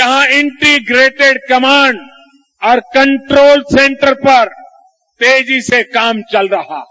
यहां integrated command और control centre पर तेजी से काम चल रहा है